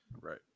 Right